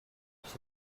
she